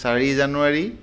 চাৰি জানুৱাৰী